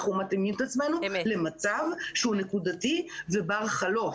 אנחנו מתאימים את עצמנו למצב שהוא נקודתי ובר חלוף.